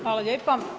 Hvala lijepa.